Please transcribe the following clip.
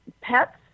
Pets